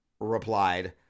replied